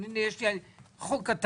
והוא בוחר,